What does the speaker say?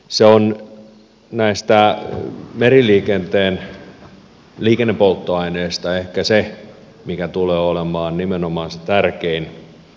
se on näistä meriliikenteen liikennepolttoaineista ehkä se mikä tulee olemaan nimenomaan se tärkein